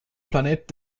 planet